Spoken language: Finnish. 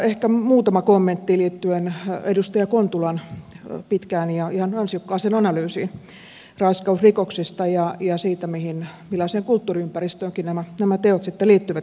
ehkä muutama kommentti liittyen edustaja kontulan pitkään ja ihan ansiokkaaseen analyysiin raiskausrikoksista ja siitä millaiseen kulttuuriympäristöönkin nämä teot sitten liittyvät ja sijoittuvat